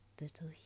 little